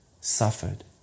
suffered